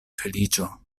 feliĉo